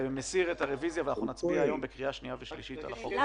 מסיר את הרביזיה ואנחנו נצביע היום בקריאה שנייה ושלישית על החוק הזה.